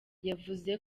yavuze